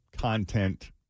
content